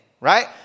right